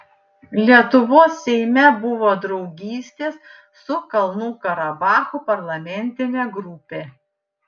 lietuvos seime buvo draugystės su kalnų karabachu parlamentinė grupė